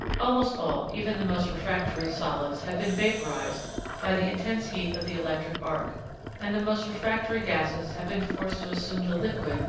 almost all, even the most refractory, solids have been vaporised by the intense heat of the electric arc and the most refractory gases have been forced to assume the liquid,